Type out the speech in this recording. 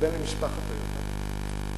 שהוא בן למשפחת טויוטה,